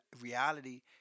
reality